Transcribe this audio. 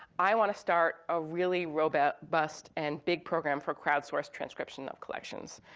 i wanna start a really robust and big program for crowdsourced transcription of collections.